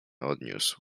odniósł